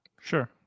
Sure